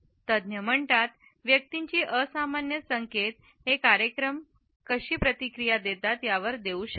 तज्ज्ञ म्हणतात व्यक्तीची असामान्य संकेत ते हेकार्यक्रम मध्ये कशी प्रतिक्रिया देतात यावर देऊ शकतात